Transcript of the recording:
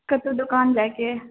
कतहुँ दुकान जाइके